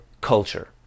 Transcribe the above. culture